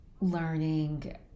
learning